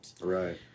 Right